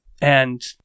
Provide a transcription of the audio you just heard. And-